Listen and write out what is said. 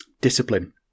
discipline